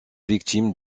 victime